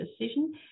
decision